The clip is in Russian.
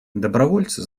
добровольцы